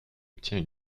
obtient